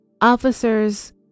Officers